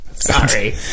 Sorry